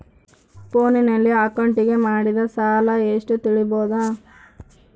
ಫೋನಿನಲ್ಲಿ ಅಕೌಂಟಿಗೆ ಮಾಡಿದ ಸಾಲ ಎಷ್ಟು ತಿಳೇಬೋದ?